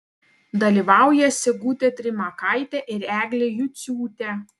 dalyvauja sigutė trimakaitė ir eglė juciūtė